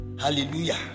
Hallelujah